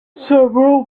several